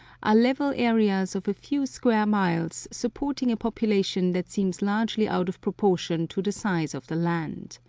are level areas of a few square miles, supporting a population that seems largely out of proportion to the size of the land.